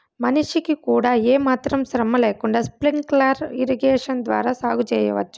మనిషికి కూడా ఏమాత్రం శ్రమ లేకుండా స్ప్రింక్లర్ ఇరిగేషన్ ద్వారా సాగు చేయవచ్చు